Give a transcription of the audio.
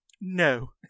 No